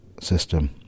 system